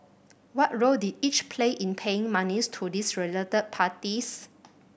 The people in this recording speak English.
what role did each play in paying monies to these related parties